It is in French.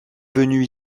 venu